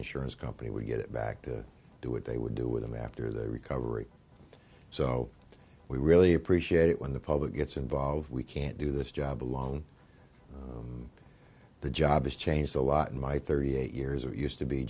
insurance company would get it back to do what they would do with them after their recovery so we really appreciate it when the public gets involved we can't do this job alone the job is changed a lot in my thirty eight years of used to be